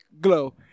glow